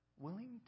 willing